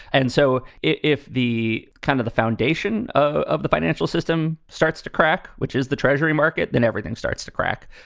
and so if the kind of the foundation ah of the financial system starts to crack, which is the treasury market, then everything starts to crack.